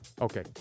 Okay